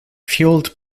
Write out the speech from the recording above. fueled